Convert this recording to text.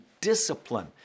discipline